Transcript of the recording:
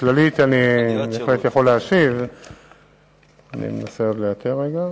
כמו שאמרתי, הקמנו ועדה משותפת עם ארגוני